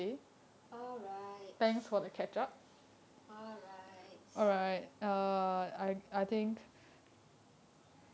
alrights alrights